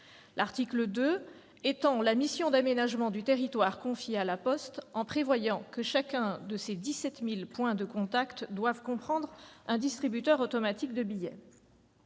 L'article 2 étend la mission d'aménagement du territoire confiée à La Poste, en prévoyant que chacun de ses 17 000 points de contact doit comprendre un distributeur automatique de billets.